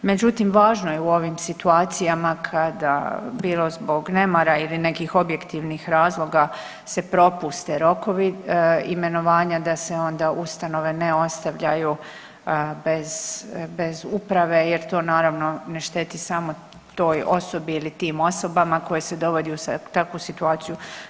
Međutim, važno je u ovim situacijama kada bilo zbog nemara ili nekih objektivnih razloga se propuste rokovi imenovanja da se onda ustanove ne ostavljaju bez uprave jer to naravno ne šteti samo toj osobi ili tim osobama koje se dovodi u takvu situaciju.